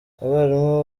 abarimu